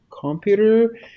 computer